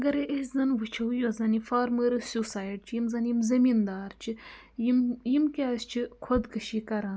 اَگَرے أسۍ زَن وٕچھو یۄس زَن یہِ فارمٲرٕس سیوسایڈ چھِ یِم زَن یِم زٔمیٖندار چھِ یِم یِم کیٛازِ چھِ خۄدکٔشی کَران